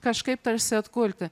kažkaip tarsi atkurti